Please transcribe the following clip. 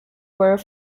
were